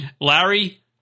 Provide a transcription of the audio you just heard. Larry